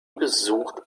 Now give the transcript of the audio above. besucht